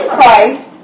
Christ